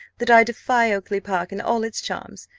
that i defy oakly-park and all its charms.